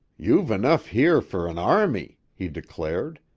you've enough here for an army, he declared.